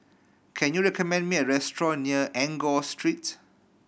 can you recommend me a restaurant near Enggor Street